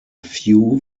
few